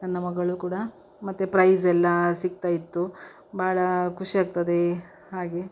ನನ್ನ ಮಗಳು ಕೂಡ ಮತ್ತು ಪ್ರೈಸ್ ಎಲ್ಲಾ ಸಿಗ್ತಾ ಇತ್ತು ಭಾಳ ಖುಷಿ ಆಗ್ತದೆ ಹಾಗೆ